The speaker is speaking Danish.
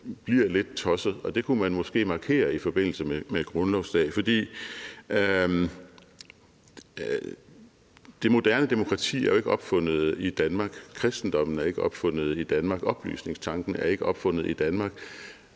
bliver lidt tosset. Og det kunne man måske markere i forbindelse med grundlovsdag. For det moderne demokrati er jo ikke opfundet i Danmark, kristendommen er ikke opfundet i Danmark, oplysningtanken er ikke opfundet i Danmark.